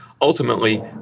ultimately